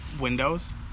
windows